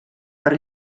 per